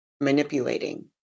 manipulating